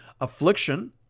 Affliction